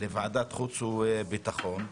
לוועדת חוץ וביטחון,